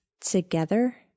together